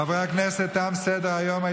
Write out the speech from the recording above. חברי הכנסת, תם סדר-היום.